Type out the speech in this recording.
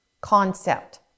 concept